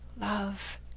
love